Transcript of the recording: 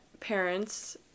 parents